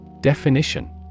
Definition